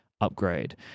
upgrade